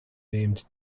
named